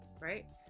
Right